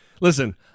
listen